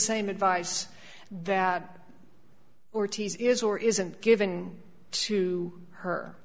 same advice that ortiz is or isn't given to her